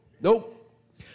Nope